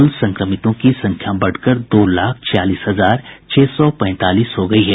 कुल संक्रमितों की संख्या बढ़कर दो लाख छियालीस हजार छह सौ पैंतालीस हो गयी है